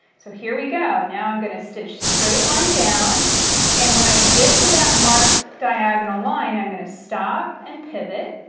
so here we go. now i'm going to stitch straight line down and when i get to that marked diagonal line i'm going to stop and pivot.